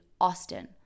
Austin